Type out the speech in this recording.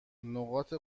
نقاط